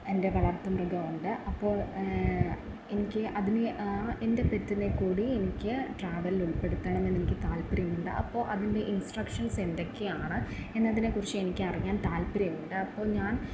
എൻ്റെ വളർത്ത് മൃഗമുണ്ട് അപ്പോൾ എനിക്ക് അതിന് എൻ്റെ പെറ്റിനേക്കൂടി എനിക്ക് ട്രാവലിൽ ഉൾപ്പെടുത്തണമെന്ന് എനിക്ക് താൽപര്യമുണ്ട് അപ്പോൾ അതിൻ്റെ ഇൻസ്ട്രക്ഷൻസ് എന്തൊക്കെയാണ് എന്നതിനേക്കുറിച്ച് എനിക്കറിയാൻ താൽപ്പര്യമുണ്ട് അപ്പോൾ ഞാൻ